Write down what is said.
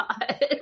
God